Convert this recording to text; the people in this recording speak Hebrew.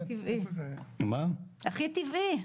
הכי טבעי, הכי טבעי.